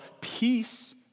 peace